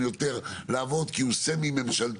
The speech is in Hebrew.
יותר לעבוד איתו כי הוא סמי ממשלתי,